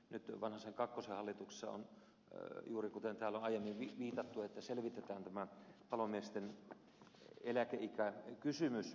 nyt vanhasen kakkoshallituksella on juuri kirjaus kuten täällä on aiemmin viitattu että selvitetään tämä palomiesten eläkeikäkysymys